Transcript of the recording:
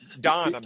Don